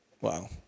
Wow